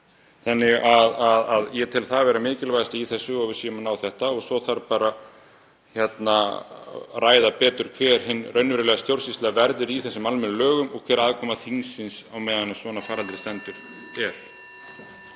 ráðstafana. Ég tel það vera mikilvægast í þessu að við séum að ná því og svo þarf bara að ræða betur hver hin raunverulega stjórnsýsla verður í hinum almennu lögum og hver aðkoma þingsins er meðan á svona faraldri stendur.